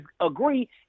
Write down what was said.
agree